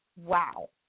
Wow